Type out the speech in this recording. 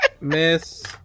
miss